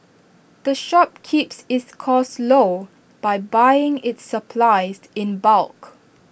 the shop keeps its costs low by buying its supplies in bulk